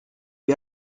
wir